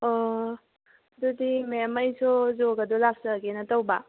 ꯑꯣ ꯑꯗꯨꯗꯤ ꯃꯦꯝ ꯑꯩꯁꯦ ꯌꯣꯒꯗꯣ ꯂꯥꯛꯆꯒꯦꯅ ꯇꯧꯕ